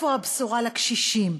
איפה הבשורה לקשישים?